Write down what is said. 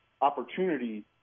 opportunity